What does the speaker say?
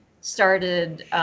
started